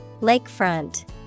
Lakefront